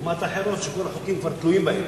לעומת אחרות, שכל החוקים כבר תלויים בהן.